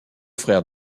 frère